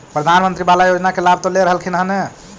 प्रधानमंत्री बाला योजना के लाभ तो ले रहल्खिन ह न?